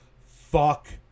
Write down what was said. Fuck